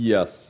Yes